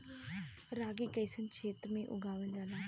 रागी कइसन क्षेत्र में उगावल जला?